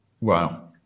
Wow